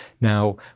Now